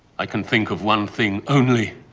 i can think of one thing only,